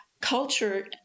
culture